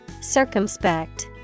circumspect